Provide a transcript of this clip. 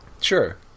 Sure